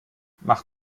mach